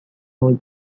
for